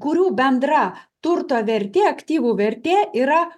kurių bendra turto vertė aktyvų vertė yra